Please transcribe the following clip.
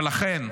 ולכן,